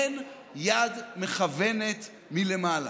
אין יד מכוונת מלמעלה.